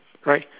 right